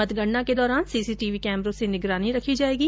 मतगणना के दौरान सीसीटीवी कैमरों से निगरानी रखी जाएगी